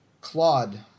Claude